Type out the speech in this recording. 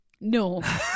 No